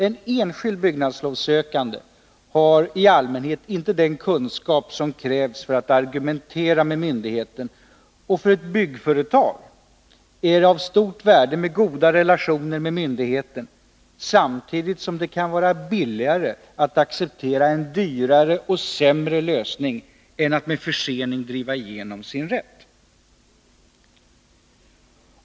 En enskild byggnadslovssökande har i allmänhet inte den kunskap som krävs för att argumentera med myndigheten, och för ett byggföretag är det av stort att värde att ha goda relationer med myndigheten, samtidigt som det kan vara billigare att acceptera en dyrare och sämre lösning än att med försening driva igenom sin rätt.